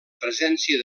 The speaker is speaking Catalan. presència